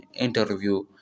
interview